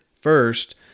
First